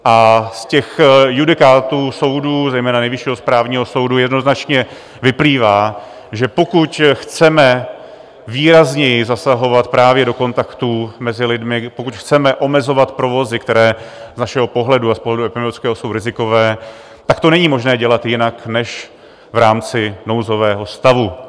A z judikátů soudů, zejména Nejvyššího správního soudu, jednoznačně vyplývá, že pokud chceme výrazněji zasahovat právě do kontaktů mezi lidmi, pokud chceme omezovat provozy, které z našeho pohledu a z pohledu ekonomického jsou rizikové, tak to není možné dělat jinak než v rámci nouzového stavu.